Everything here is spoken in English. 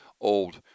old